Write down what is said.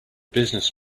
business